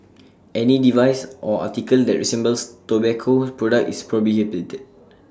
any device or article that resembles tobacco products is prohibited